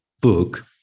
book